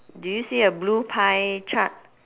do you see a blue pie chart